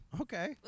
Okay